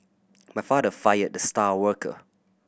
my father fired the star worker